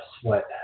sweat